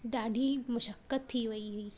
ॾाढी मशक़त थी वई हुई